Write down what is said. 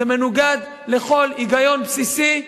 זה מנוגד לכל היגיון בסיסי,